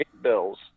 bills